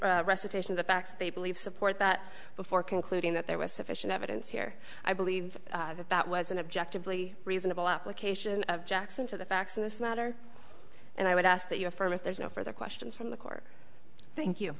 brief recitation of the facts they believe support that before concluding that there was sufficient evidence here i believe that that was an objective plea reasonable application of jackson to the facts of this matter and i would ask that you affirm if there's no further questions from the court thank you